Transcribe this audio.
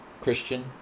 Christian